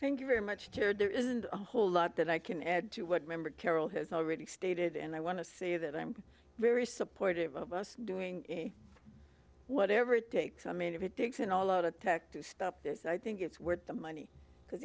thank you very much jared there isn't a whole lot that i can add to what member carol has already stated and i want to say that i'm very supportive of us doing whatever it takes i mean if it takes an all out attack to stop this i think it's worth the money because